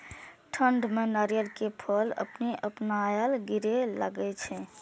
ठंड में नारियल के फल अपने अपनायल गिरे लगए छे?